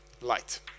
Light